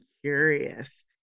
curious